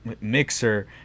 Mixer